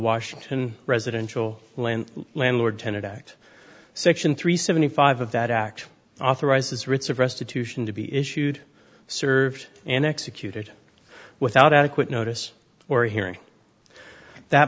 washington residential land landlord tenant act section three seventy five of that act authorizes writs of restitution to be issued served and executed without adequate notice or hearing that